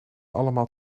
allemaal